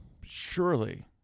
Surely